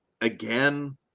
again